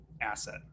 asset